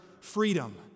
freedom